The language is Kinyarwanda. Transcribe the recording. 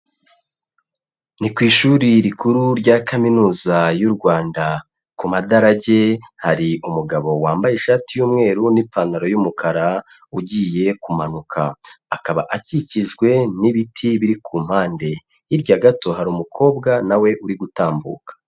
Ni ku ishuri rikuru rya Kaminuza y'u Rwanda, ku madarajye hari umugabo wambaye ishati y'umweru n'ipantaro y'umukara ugiye kumanuka, akaba akikijwe n'ibiti biri ku mpande, hirya gato hari umukobwa na we uri gutambuka.